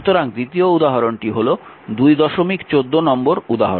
সুতরাং দ্বিতীয় উদাহরণটি হল 214 নম্বর উদাহরণ